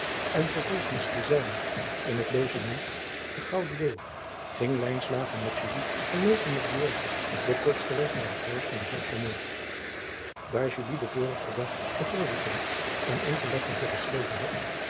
en vervolgens de zijne in het ogement de ouden eeuw ging met en met den kortsten weg naar het huis van den eer aar den vorigen dag te ornichem een enkel lettertje geschreven had